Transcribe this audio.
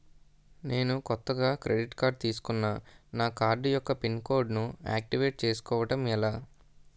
నేను కొత్తగా credit card తిస్కున్నా నా కార్డ్ యెక్క పిన్ కోడ్ ను ఆక్టివేట్ చేసుకోవటం ఎలా?